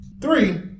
three